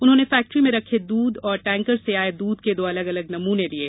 उन्होंने फैक्ट्ररी में रखे दूध और टैंकर से आये दूध के दो अलग अलग नमूने लिये